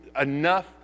enough